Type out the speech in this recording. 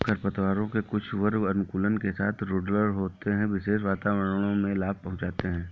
खरपतवारों के कुछ वर्ग अनुकूलन के साथ रूडरल होते है, विशेष वातावरणों में लाभ पहुंचाते हैं